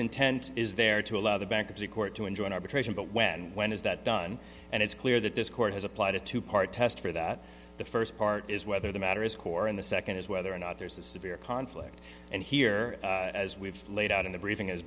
intent is there to allow the bankruptcy court to enjoin arbitration but when when is that done and it's clear that this court has applied a two part test for that the first part is whether the matter is core in the second is whether or not there's a severe conflict and here as we've laid out in the briefing as